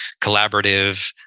collaborative